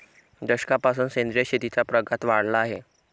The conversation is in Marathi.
दशकापासून सेंद्रिय शेतीचा प्रघात वाढला आहे